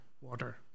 water